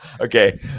Okay